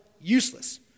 useless